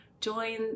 join